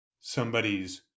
somebody's